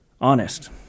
honest